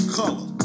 color